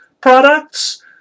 products